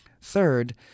Third